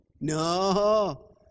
No